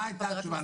מה היתה התשובה,